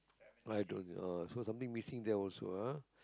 I told you oh so something missing there also ah